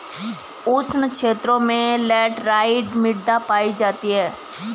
उष्ण क्षेत्रों में लैटराइट मृदा पायी जाती है